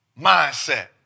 mindset